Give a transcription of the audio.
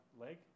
leg